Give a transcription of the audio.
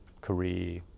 career